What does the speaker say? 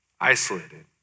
isolated